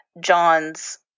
John's